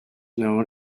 known